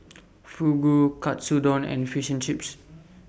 Fugu Katsudon and Fish and Chips